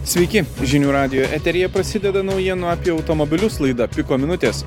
sveiki žinių radijo eteryje prasideda naujienų apie automobilius laida piko minutės